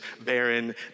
barren